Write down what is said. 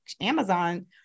Amazon